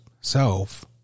self